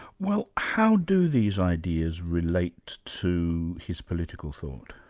well, how do these ideas relate to his political thought?